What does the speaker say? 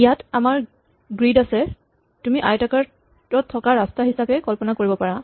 ইয়াত আমাৰ গ্ৰীড আছে তুমি আয়তাকাৰত থকা ৰাস্তা হিচাপে কল্পনা কৰিব পাৰা